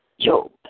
Job